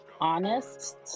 honest